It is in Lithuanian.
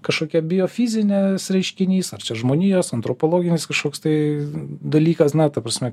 kažkokia biofizinės reiškinys ar žmonijos antropologinis kažkoks tai dalykas na ta prasme